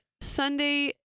Sunday